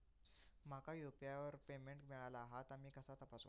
माका यू.पी.आय वर पेमेंट मिळाला हा ता मी कसा तपासू?